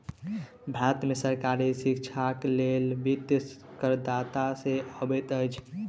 भारत में सरकारी शिक्षाक लेल वित्त करदाता से अबैत अछि